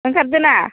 ओंखारदो ना